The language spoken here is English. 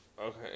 Okay